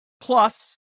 Plus